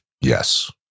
Yes